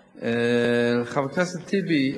חבר הכנסת טיבי,